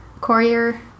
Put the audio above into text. Courier